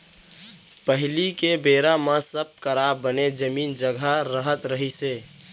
पहिली के बेरा म सब करा बने जमीन जघा रहत रहिस हे